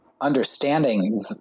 understanding